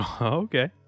okay